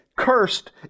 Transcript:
Cursed